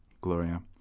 Gloria